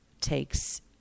takes